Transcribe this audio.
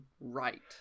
right